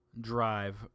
drive